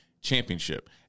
championship